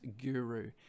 guru